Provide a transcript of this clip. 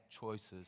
choices